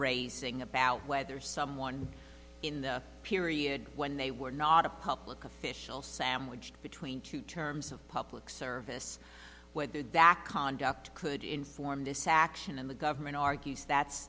raising about whether someone in the period when they were not a public official sandwiched between two terms of public service where the back conduct could inform this action and the government argues that's